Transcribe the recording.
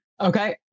Okay